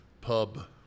pub